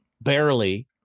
barely